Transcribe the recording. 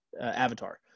avatar